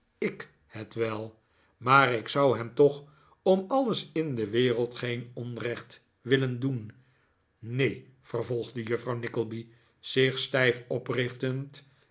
k het wel maar ik zou hem toch om alles in de wereld geen onrecht willen doen neen vervolgde juffrouw nickleby zich stijf oprichtend